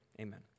amen